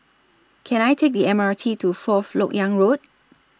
Can I Take The M R T to Fourth Lok Yang Road